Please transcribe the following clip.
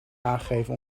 aangeven